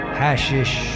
hashish